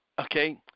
okay